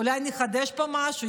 אולי נחדש פה משהו,